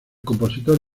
compositor